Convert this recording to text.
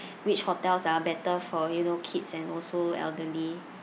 which hotels are better for you know kids and also elderly